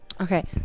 Okay